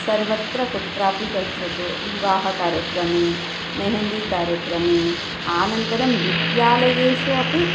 सर्वत्र कुत्रापि गच्छतु विवाहकार्यक्रमे मेहेन्दीकार्यक्रमे अनन्तरं विद्यालयेषु अपि